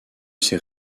ces